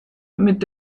mit